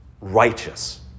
righteous